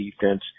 defense